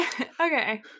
Okay